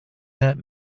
hurt